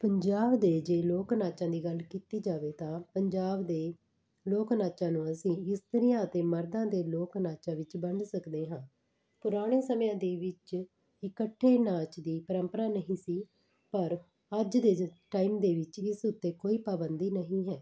ਪੰਜਾਬ ਦੇ ਜੇ ਲੋਕ ਨਾਚਾਂ ਦੀ ਗੱਲ ਕੀਤੀ ਜਾਵੇ ਤਾਂ ਪੰਜਾਬ ਦੇ ਲੋਕ ਨਾਚਾਂ ਨੂੰ ਅਸੀਂ ਇਸਤਰੀਆਂ ਅਤੇ ਮਰਦਾਂ ਦੇ ਲੋਕ ਨਾਚਾਂ ਵਿੱਚ ਵੰਡ ਸਕਦੇ ਹਾਂ ਪੁਰਾਣੇ ਸਮਿਆਂ ਦੇ ਵਿੱਚ ਇਕੱਠੇ ਨਾਚ ਦੀ ਪਰੰਪਰਾ ਨਹੀਂ ਸੀ ਪਰ ਅੱਜ ਦੇ ਟਾਈਮ ਦੇ ਵਿੱਚ ਇਸ ਉੱਤੇ ਕੋਈ ਪਾਬੰਦੀ ਨਹੀਂ ਹੈ